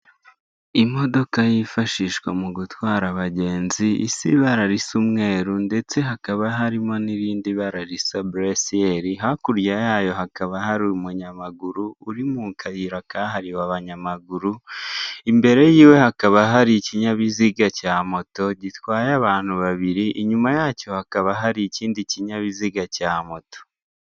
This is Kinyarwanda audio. Imodoka yifashishwa mugutwara abagenzi, isa ibara risa umweru ndetse hakaba harimo n'irindi bara risa buresiyeri, hakurya yayo hakaba hari umunyamaguru uri mu kayira kahariwe abanyamaguru, imbere y'iwe hakaba hari ikinyabiziga cya moto gitwaye abantu babiri inyuma yacyo hakaba hari ikindi ikinyabiziga cya moto.